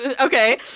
Okay